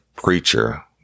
preacher